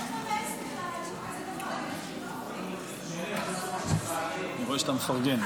אתה יכול לבוא לפה לענות, אני עדיין כאן.